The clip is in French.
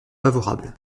favorable